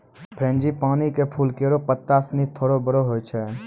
frangipani क फूल केरो पत्ता सिनी थोरो बड़ो होय छै